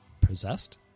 possessed